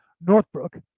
Northbrook